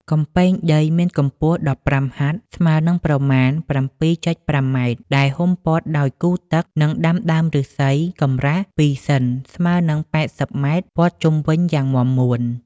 កំពែងដីមានកម្ពស់ ១៥ ហត្ថ ស្មើនឹងប្រមាណ ៧.៥ ម៉ែត្រ ដែលហ៊ុមព័ទ្ធដោយគូទឹក និងដាំដើមឫស្សីកម្រាស់ ២ សិន ស្មើនឹង៨០ ម៉ែត្រ ព័ទ្ធជុំវិញយ៉ាងមាំមួន។